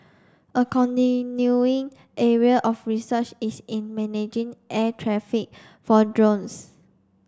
a continuing area of research is in managing air traffic for drones